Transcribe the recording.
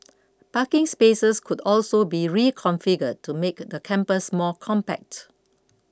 parking spaces could also be reconfigured to make the campus more compact